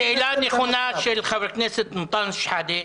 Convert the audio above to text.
שאלה נכונה של חבר הכנסת אנטאנס שחאדה.